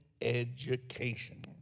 education